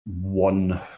one